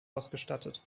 ausgestattet